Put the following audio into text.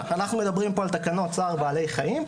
מדברים על תקנות צער בעלי חיים,